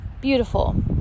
beautiful